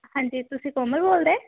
ਹਾਂਜੀ ਤੁਸੀਂ ਕੋਮਲ ਬੋਲਦੇ